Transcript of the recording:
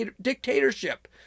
dictatorship